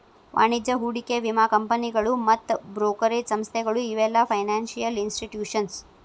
ವಾಣಿಜ್ಯ ಹೂಡಿಕೆ ವಿಮಾ ಕಂಪನಿಗಳು ಮತ್ತ್ ಬ್ರೋಕರೇಜ್ ಸಂಸ್ಥೆಗಳು ಇವೆಲ್ಲ ಫೈನಾನ್ಸಿಯಲ್ ಇನ್ಸ್ಟಿಟ್ಯೂಷನ್ಸ್